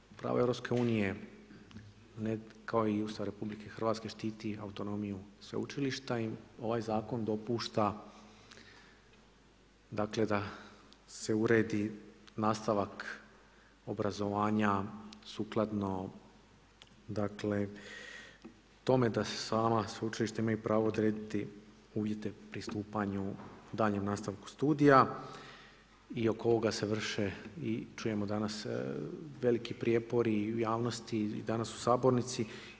Naravno, prava EU, ne kao i Ustav RH štiti autonomiju sveučilišta i ovaj zakon dopušta da se uredi nastavak obrazovanja sukladno tome da se sama sveučilišta imaju pravo doraditi uvjeti pristupanju daljnjem nastavku studija i oko ovoga se vrše i čujemo danas, veliki prijepori u javnosti i danas u sabornici.